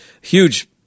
huge